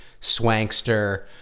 swankster